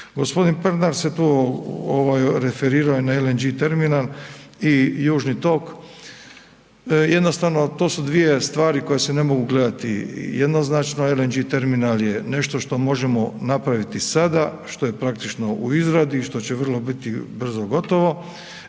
posto. G. Pernar se tu referirao i na LNG terminal i južni tok, jednostavno to su dvije stvari koje se ne mogu gledati jednoznačno, LNG terminal je nešto što možemo napraviti sada, što je praktično u izradi i što će vrlo biti brzo gotovo.